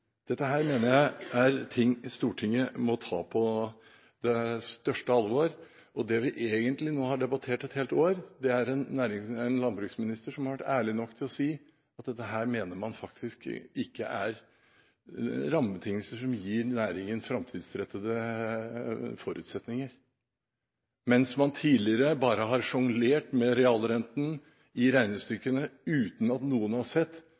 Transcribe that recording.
Dette mener jeg er ting Stortinget må ta på det største alvor. Det vi egentlig nå har debattert et helt år, er en landbruksminister som har vært ærlig nok til å si at dette mener man faktisk ikke er rammebetingelser som gir næringen framtidsrettede forutsetninger, mens man tidligere bare har sjonglert med realrenten i regnestykkene uten at noen har sett